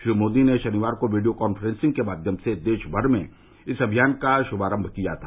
श्री मोदी ने शनिवार को वीडियों कांफ्रेंसिंग के माध्यम से देशमर में इस अभियान का श्मारम्भ किया था